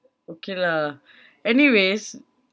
okay lah anyways